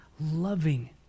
loving